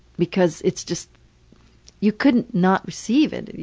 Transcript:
because it's just you couldn't not receive it.